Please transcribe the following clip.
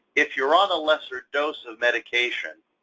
if you're on a lesser dose of medication,